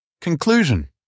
Conclusion